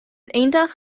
iontach